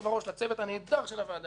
לצוות הנהדר של הוועדה גור,